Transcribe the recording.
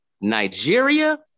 Nigeria